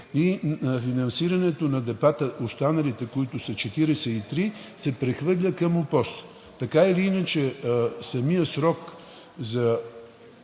и финансирането на останалите депа, които са 43, се прехвърля към ОПОС. Така или иначе самият срок за